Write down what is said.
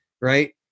right